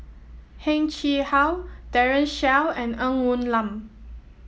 Heng Chee How Daren Shiau and Ng Woon Lam